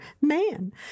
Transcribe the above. man